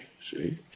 see